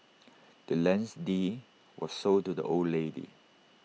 the land's deed was sold to the old lady